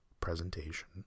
Presentation